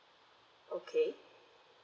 okay